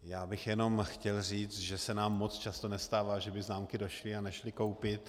Já bych jenom chtěl říct, že se nám moc často nestává, že by známky došly a nešly koupit.